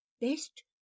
Best